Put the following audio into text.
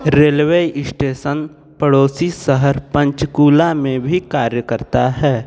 railway station पड़ोसी शहर पंचकुला में भी कार्य करता है